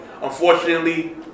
unfortunately